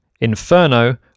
Inferno